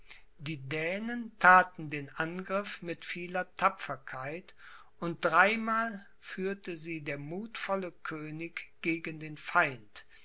die dänen thaten den angriff mit vieler tapferkeit und dreimal führte sie der muthvolle könig gegen den feind